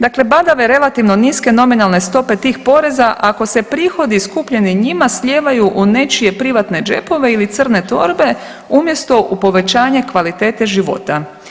Dakle, badave relativno niske nominalne stope tih poreza ako se prihodi skupljeni njima slijevaju u nečije privatne džepove ili crne torbe umjesto u povećanje kvalitete života.